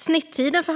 Snittiden för